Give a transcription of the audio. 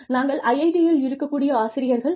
நாங்கள் IIT யில் இருக்கக்கூடிய ஆசிரியர்கள்